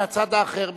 מהצד האחר,